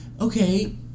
Okay